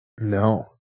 No